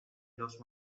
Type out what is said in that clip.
los